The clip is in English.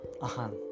Ahan